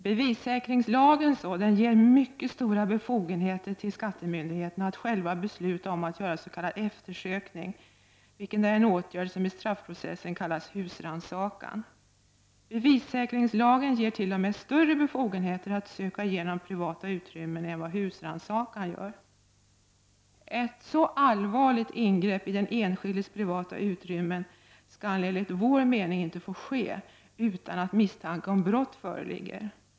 Bevissäkringslagen ger mycket stora befogenheter till skattemyndigheterna att själva besluta om att göra s.k. eftersökning, vilket är en åtgärd som inom straffprocessen kallas husrannsakan. Bevissäkringslagen ger t.o.m. större befogenheter att söka igenom privata utrymmen än vad som är fallet vid husrannsakan. Ett så allvarligt ingrepp i den enskildes privata utrymmen skall enligt vår mening inte få ske utan att misstanke om brott föreligger.